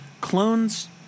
clones